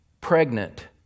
pregnant